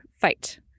fight